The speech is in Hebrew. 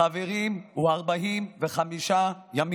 חברים, הוא 45 ימים.